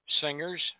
singers